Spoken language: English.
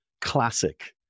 classic